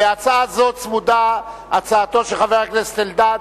להצעה זו צמודה הצעתו של חבר הכנסת אלדד.